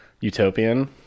Utopian